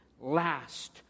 last